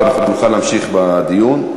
ואנחנו נוכל להמשיך בדיון.